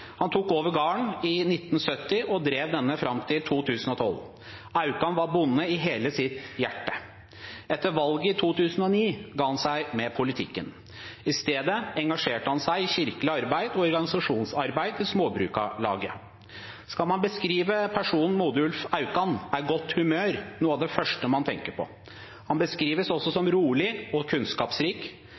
Han tok over garden i 1970 og drev denne fram til 2012. Aukan var bonde i hele sitt hjerte. Etter valget i 2009 ga han seg med politikk. I stedet engasjerte han seg i kirkelig arbeid og i organisasjonsarbeid i Småbrukarlaget. Skal man beskrive personen Modulf Aukan, er godt humør noe av det første man tenker på. Han beskrives også som rolig og kunnskapsrik.